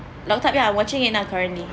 locked up yeah I'm watching it now currently